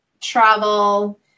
travel